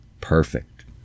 perfect